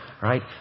right